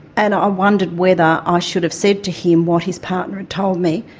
and i wondered whether ah i should have said to him what his partner had told me,